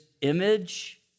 image